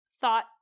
thought